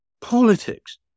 politics